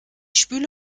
spüle